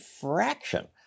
fraction